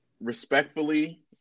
respectfully